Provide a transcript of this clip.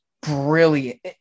brilliant